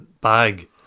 bag